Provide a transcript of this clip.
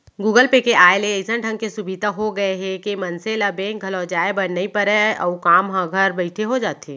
Google Pay के आय ले अइसन ढंग के सुभीता हो गए हे के मनसे ल बेंक घलौ जाए बर नइ परय अउ काम ह घर बइठे हो जाथे